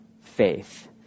faith